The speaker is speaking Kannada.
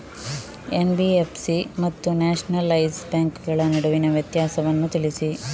ಎನ್.ಬಿ.ಎಫ್.ಸಿ ಮತ್ತು ನ್ಯಾಷನಲೈಸ್ ಬ್ಯಾಂಕುಗಳ ನಡುವಿನ ವ್ಯತ್ಯಾಸವನ್ನು ತಿಳಿಸಿ?